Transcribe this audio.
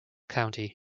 county